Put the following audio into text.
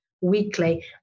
weekly